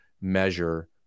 measure